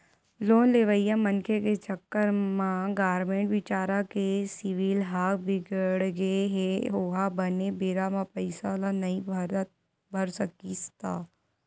loan लेवइया मनखे के चक्कर म गारेंटर बिचारा के सिविल ह बिगड़गे हे ओहा बने बेरा म पइसा ल नइ भर सकिस त